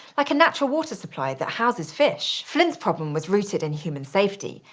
like a natural water supply that houses fish. flint's problem was rooted in human safety,